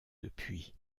depuis